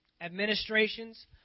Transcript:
administrations